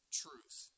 truth